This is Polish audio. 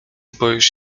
boisz